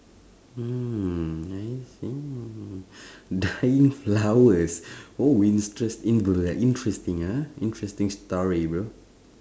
mm I see dying flowers oh like interesting ah interesting story bro